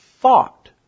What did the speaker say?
thought